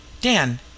dan